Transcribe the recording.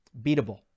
beatable